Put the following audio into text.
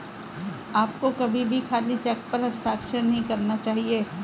आपको कभी भी खाली चेक पर हस्ताक्षर नहीं करना चाहिए